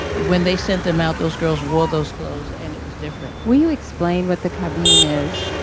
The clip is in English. when they sent them out, those girls wore those clothes and it was different. will you explain what the cabine is?